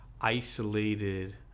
isolated